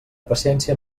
paciència